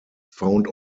found